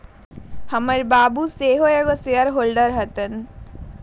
हमर बाबू सेहो एगो शेयर होल्डर हतन